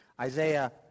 Isaiah